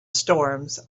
storms